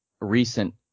recent